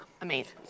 amazing